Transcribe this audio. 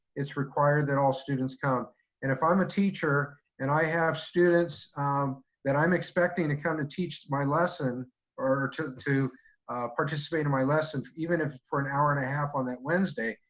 it's required that all students come and if i'm a teacher and i have students that i'm expecting to come to teach my lesson or to to participate in my lesson, even if for an hour and a half on that wednesday,